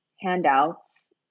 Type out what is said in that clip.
handouts